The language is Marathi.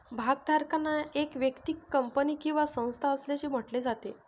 भागधारक एक व्यक्ती, कंपनी किंवा संस्था असल्याचे म्हटले जाते